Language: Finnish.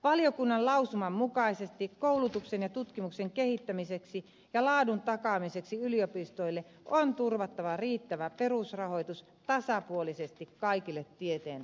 valiokunnan lausuman mukaisesti koulutuksen ja tutkimuksen kehittämiseksi ja laadun takaamiseksi yliopistoille on turvattava riittävä perusrahoitus tasapuolisesti kaikille tieteenaloille